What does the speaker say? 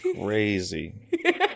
crazy